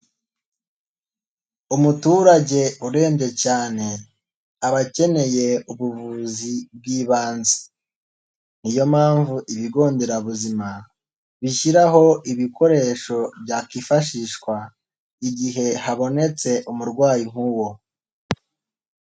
Umuturage urembye cyane abakeneye ubuvuzi bw'ibanze, niyo mpamvu ibigo nderabuzima, bishyiraho ibikoresho byakifashishwa igihe habonetse umurwayi nk'uwo.